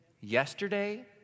yesterday